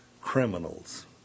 criminals